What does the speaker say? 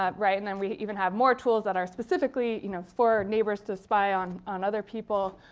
um right? and then we even have more tools that are specifically you know for neighbors to spy on on other people.